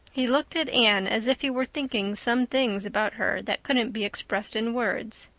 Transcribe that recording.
he looked at anne as if he were thinking some things about her that couldn't be expressed in words.